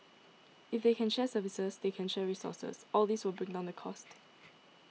if they can share services they can share resources all these will bring down their cost